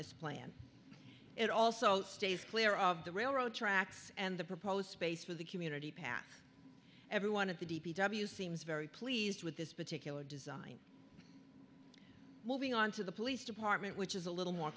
this plan it also stays clear of the railroad tracks and the proposed space for the community path every one of the d p w seems very pleased with this particular design moving on to the police department which is a little more